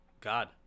God